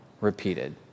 repeated